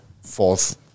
fourth